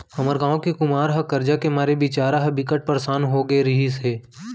हमर गांव के कुमार ह करजा के मारे बिचारा ह बिकट परसान हो गे रिहिस हे